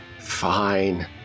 Fine